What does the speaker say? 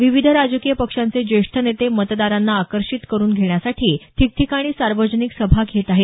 विविध राजकीय पक्षांचे ज्येष्ठ नेते मतदारांना आकर्षित करून घेण्यासाठी ठिकठिकाणी सार्वजनिक सभा घेत आहेत